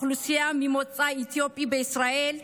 האוכלוסייה ממוצא אתיופי בישראל,